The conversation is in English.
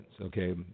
okay